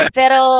pero